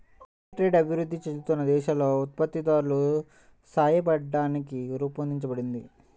fair trade అభివృద్ధి చెందుతున్న దేశాలలో ఉత్పత్తిదారులకు సాయపట్టానికి రూపొందించబడింది